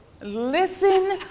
Listen